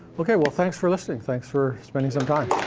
okay, well, thanks for listening. thanks for spending some time.